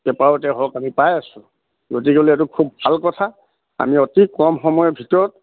পেপাৰতে হওক আমি পাই আছোঁ গতিকে এইটো খুব ভাল কথা আমি অতি কম সময়ৰ ভিতৰত